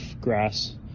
grass